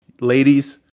ladies